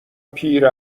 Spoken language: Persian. پیر